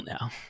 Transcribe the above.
now